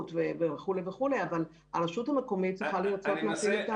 אבל הרשות המקומית היא זאת שצריכה לרצות להפעיל.